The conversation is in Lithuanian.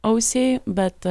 ausiai bet